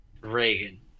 Reagan